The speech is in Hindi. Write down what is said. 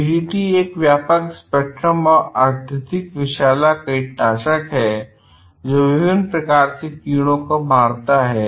डीडीटी एक व्यापक स्पेक्ट्रम और अत्यधिक विषैला कीटनाशक है जो विभिन्न प्रकार के कीड़ों को मारता है